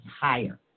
higher